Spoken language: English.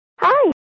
Hi